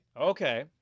Okay